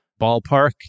ballpark